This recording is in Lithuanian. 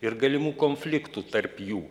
ir galimų konfliktų tarp jų